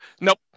nope